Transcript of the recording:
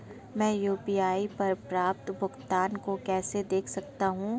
मैं यू.पी.आई पर प्राप्त भुगतान को कैसे देख सकता हूं?